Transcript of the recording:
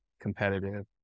competitive